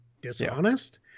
dishonest